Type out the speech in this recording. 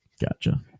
Gotcha